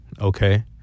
Okay